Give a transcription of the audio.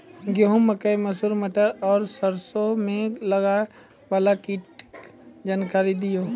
गेहूँ, मकई, मसूर, मटर आर सरसों मे लागै वाला कीटक जानकरी दियो?